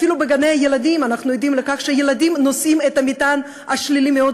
אפילו בגני-הילדים אנחנו עדים לכך שילדים נושאים את המטען השלילי מאוד,